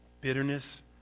bitterness